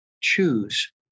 choose